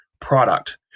product